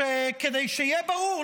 כדי שיהיה ברור,